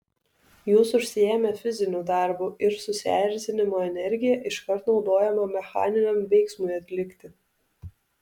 jūs užsiėmę fiziniu darbu ir susierzinimo energija iškart naudojama mechaniniam veiksmui atlikti